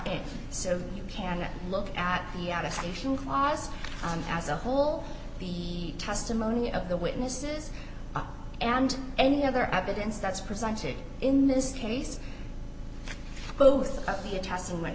in so you can look at the adaptation process on as a whole the testimony of the witnesses and any other evidence that's presented in this case both of the attac